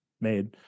made